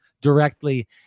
directly